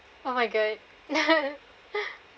oh my god